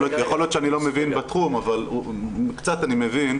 יכול להיות שאני לא מבין בתחום, אבל קצת אני מבין.